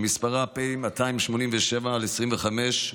שמספרה פ/287/25,